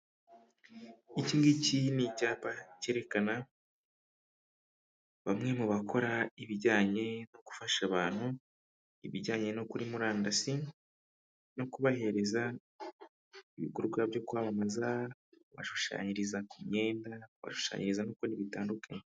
Ikingiki ni icyapa cyerekana bamwe mu bakora ibijyanye no gufasha abantu ibijyanye no kuri murandasine no kubahereza ibikorwa byo kwamamaza ba bashushanyiriza ku myenda kubashushanyiriza n'ukudi bitandukanye.